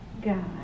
God